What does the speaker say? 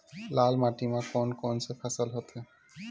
लाल माटी म कोन कौन से फसल होथे?